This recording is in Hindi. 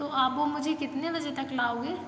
तो आप वो मुझे कितने बजे तक लाओगे